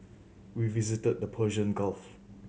we visited the Persian Gulf